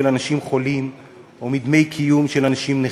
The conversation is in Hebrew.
אנשים חולים או מדמי קיום של אנשים נכים.